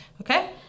Okay